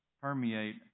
permeate